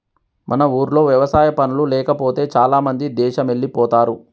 మన ఊర్లో వ్యవసాయ పనులు లేకపోతే చాలామంది దేశమెల్లిపోతారు